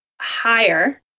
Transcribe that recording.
higher